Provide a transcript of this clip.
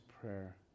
prayer